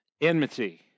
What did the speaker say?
enmity